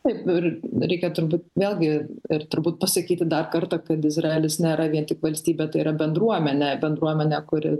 taip ir reikia turbūt vėlgi ir turbūt pasakyti dar kartą kad izraelis nėra vien tik valstybė tai yra bendruomenė bendruomenė kuri